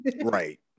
Right